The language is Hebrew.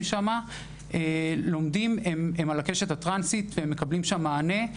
שם מהקשת הטרנסית לומדים ומקבלים מענה.